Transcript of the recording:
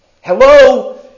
Hello